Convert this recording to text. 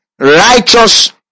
Righteous